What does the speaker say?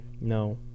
No